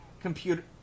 computer